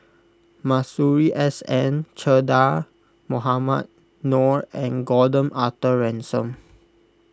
Masuri S N Che Dah Mohamed Noor and Gordon Arthur Ransome